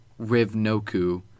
Rivnoku